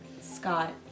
Scott